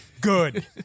good